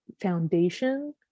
foundation